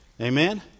Amen